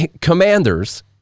Commanders